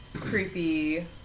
creepy